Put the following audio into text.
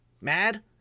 mad